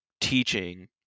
teaching